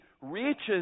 reaches